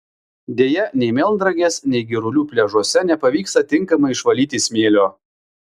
deja nei melnragės nei girulių pliažuose nepavyksta tinkamai išvalyti smėlio